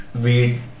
weed